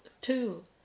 two